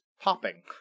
popping